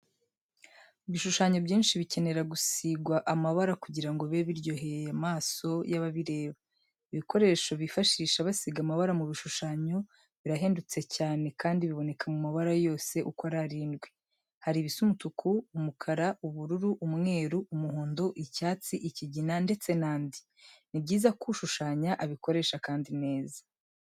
Ibishushanyo byinshi bikenera gusigwa amabara kugira ngo bibe biryoheye amaso y'ababireba. Ibikoresho bifashisha basiga amabara mu bishushanyo birahendutse cyane kandi biboneka mu mabara yose uko ari arindwi. Hari ibisa umutuku, umukara, ubururu, umweru, umuhondo, icyatsi, ikigina ndetse n'andi. Ni byiza ko ushushanya abikoresha kandi neza.